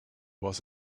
was